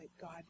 God